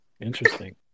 Interesting